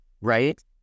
right